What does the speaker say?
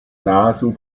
nahezu